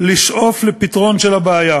לשאוף לפתרון של הבעיה.